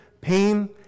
pain